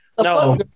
No